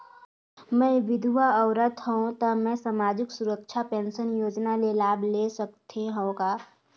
मैं विधवा औरत हवं त मै समाजिक सुरक्षा पेंशन योजना ले लाभ ले सकथे हव का?